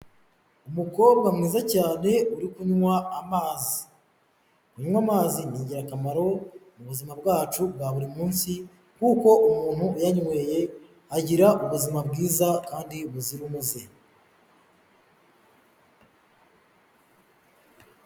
Umukobwa mwiza cyane uri kunywa amazi. Kunywa amazi ni ingirakamaro mu buzima bwacu bwa buri munsi, kuko umuntu uyanyoye agira ubuzima bwiza kandi buzira umuze.